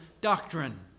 doctrine